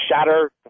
shatter